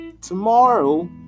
Tomorrow